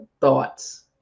thoughts